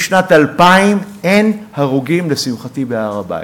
משנת 2000 אין הרוגים, לשמחתי, בהר-הבית.